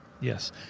Yes